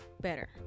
better